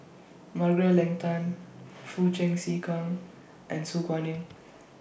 Margaret Leng Tan Foo Chee C Keng and Su Guaning